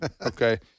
Okay